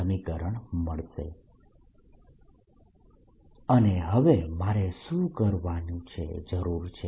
free અને હવે મારે શું કરવાની જરૂર છે